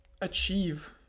achieve